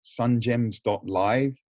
sungems.live